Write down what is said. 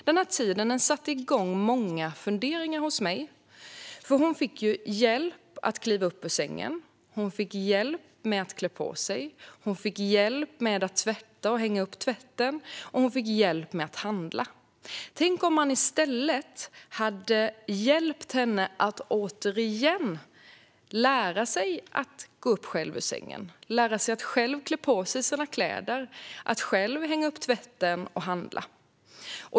Den tiden satte igång många funderingar hos mig. Hon fick hjälp med att kliva upp ur sängen. Hon fick hjälp med att klä på sig. Hon fick hjälp med att tvätta och hänga upp tvätt. Och hon fick hjälp med att handla. Tänk om man i stället hade hjälpt henne att återigen lära sig att gå upp själv ur sängen, klä på sig sina kläder, hänga upp tvätten och handla.